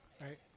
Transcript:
right